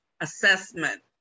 assessment